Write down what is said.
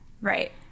right